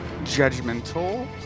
judgmental